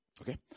Okay